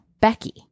Becky